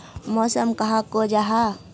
मौसम कहाक को जाहा?